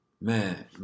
Man